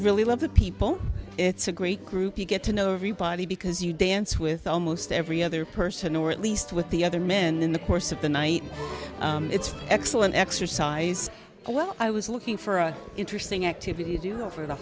really love the people it's a great group you get to know everybody because you dance with almost every other person or at least with the other men in the course of the night it's excellent exercise well i was looking for a interesting activity to do for the